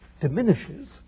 diminishes